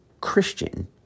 Christian